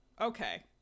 okay